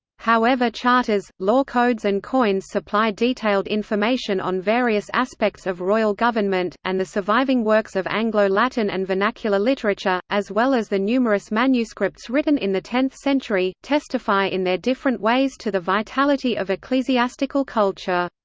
however charters, law-codes and coins supply detailed information on various aspects of royal government, and the surviving works of anglo-latin and vernacular literature, as well as the numerous manuscripts written in the tenth century, testify in their different ways to the vitality of ecclesiastical culture.